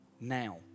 now